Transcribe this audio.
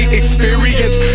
experience